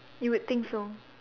you would think so